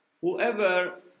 Whoever